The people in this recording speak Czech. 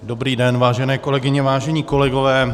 Dobrý den, vážené kolegyně, vážení kolegové.